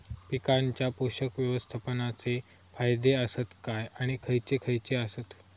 पीकांच्या पोषक व्यवस्थापन चे फायदे आसत काय आणि खैयचे खैयचे आसत?